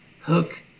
hook